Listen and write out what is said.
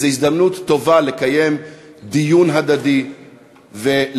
זאת הזדמנות טובה לקיים דיון הדדי וללבן